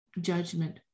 judgment